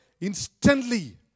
instantly